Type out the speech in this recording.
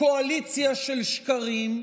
קואליציה של שקרים.